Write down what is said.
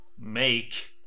make